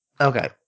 Okay